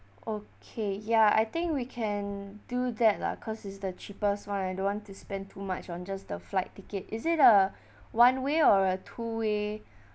okay ya I think we can do that lah cause it's the cheapest [one] I don't want to spend too much on just the flight ticket is it a one way or a two way